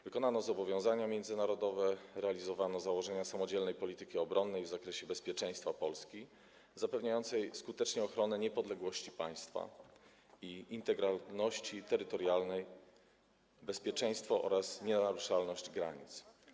Wykonano zobowiązania międzynarodowe, realizowano założenia samodzielnej polityki obronnej w zakresie bezpieczeństwa Polski, zapewniającej skutecznie ochronę niepodległości państwa i integralności terytorialnej, bezpieczeństwo oraz nienaruszalność granic.